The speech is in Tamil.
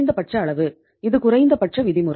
இது குறைந்தபட்ச விதிமுறை